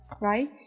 right